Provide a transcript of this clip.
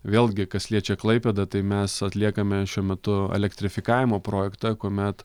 vėlgi kas liečia klaipėdą tai mes atliekame šiuo metu elektrifikavimo projektą kuomet